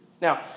Now